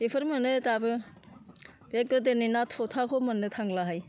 बेफोर मोनो दाबो बे गोदोनि ना थ'थाखौ मोननो थांला हाय